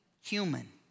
human